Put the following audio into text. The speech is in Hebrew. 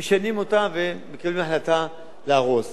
משנים אותם ומקבלים החלטה להרוס.